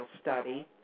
study